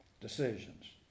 decisions